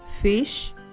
fish